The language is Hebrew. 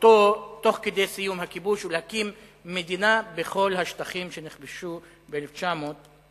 זכותו תוך כדי סיום הכיבוש ולהקים מדינה בכל השטחים שנכבשו ב-1967.